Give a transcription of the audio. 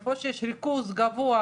איפה שיש ריכוז גבוה,